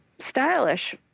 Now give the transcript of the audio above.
stylish